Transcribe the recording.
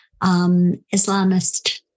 Islamist